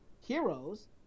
heroes